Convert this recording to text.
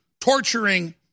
torturing